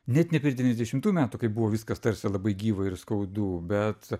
net ne prie devyniasdešimtų metų kai buvo viskas tarsi labai gyva ir skaudu bet